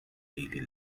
daily